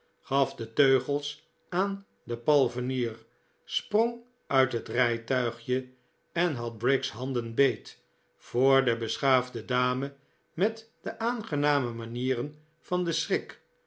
gaf de teugels aan den palfrenier sprong uit het rijtuigje en had briggs handen beet voor de beschaafde dame met de aangename manieren van den schrik